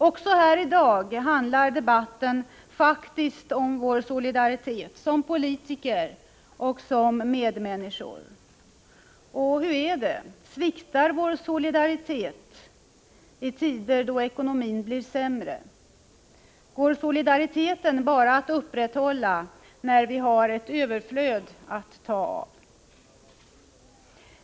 Också här i dag handlar debatten faktiskt om vår solidaritet som politiker och som medmänniskor. Och hur är det? Sviktar vår solidaritet i tider då ekonomin blir sämre? Går solidariteten bara att upprätthålla när vi har ett överflöd att ta av?